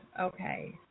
Okay